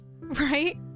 right